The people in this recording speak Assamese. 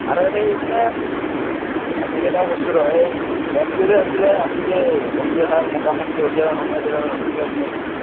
আৰু সেই শুনে আপিকেইটাও কৰছোঁ ৰ এই মেমটো যে আছিলে আমি যে অলি অহাৰ মোটামুটি অলি অহাৰ সময়তে এটা নতুন মেম সোমইছিল